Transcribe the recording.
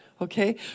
Okay